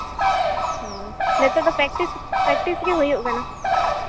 ᱦᱮᱸ ᱱᱤᱛᱚᱜ ᱫᱚ ᱯᱮᱠᱴᱤᱥ ᱯᱮᱠᱴᱤᱥ ᱜᱮ ᱦᱩᱭᱩᱜ ᱠᱟᱱᱟ